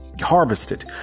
harvested